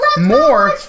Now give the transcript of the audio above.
more